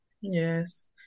Yes